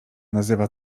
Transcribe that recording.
nazywa